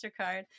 MasterCard